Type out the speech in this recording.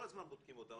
כל הזמן בודקים אותם,